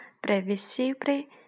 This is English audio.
previsible